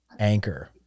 anchor